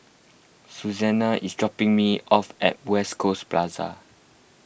Susanne is dropping me off at West Coast Plaza